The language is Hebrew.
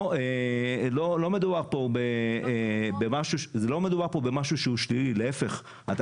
לא מדובר פה במשהו שהוא שלילי אלא להפך: אתה